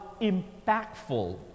impactful